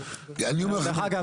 אני אומר לכם ככה,